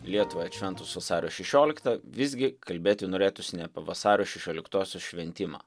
lietuvai atšventus vasario šešioliktą visgi kalbėti norėtųs ne apie vasario šešioliktosios šventimą